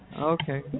Okay